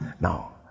Now